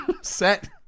Set